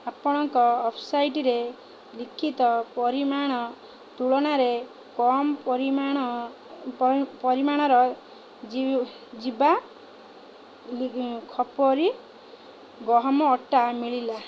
ଆପଣଙ୍କ ୱବ୍ସାଇଟ୍ରେ ଲିଖିତ ପରିମାଣ ତୁଳନାରେ କମ୍ ପରିମାଣ ପରିମାଣର ଜୀ ଜୀବା ଖପ୍ରି ଗହମ ଅଟା ମିଳିଲା